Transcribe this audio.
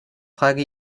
frage